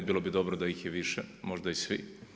Bilo bi dobro da ih je više, možda i svi.